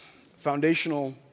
foundational